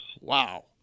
wow